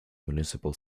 municipal